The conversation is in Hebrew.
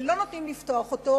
ולא נותנים לפתוח אותו,